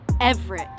Everett